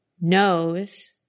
knows